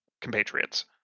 compatriots